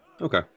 Okay